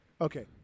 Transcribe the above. Okay